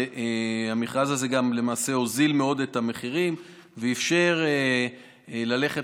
מה שלמעשה הוריד מאוד את המחירים ואפשר ללכת